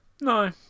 No